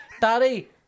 Daddy